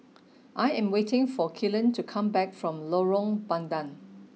I am waiting for Kellen to come back from Lorong Bandang